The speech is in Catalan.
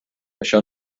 això